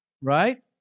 Right